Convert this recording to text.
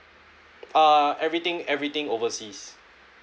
uh everything everything overseas